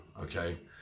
Okay